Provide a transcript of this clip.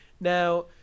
Now